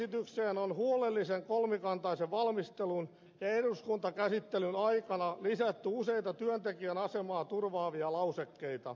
lakiesitykseen on huolellisen kolmikantaisen valmistelun ja eduskuntakäsittelyn aikana lisätty useita työntekijän asemaa turvaavia lausekkeita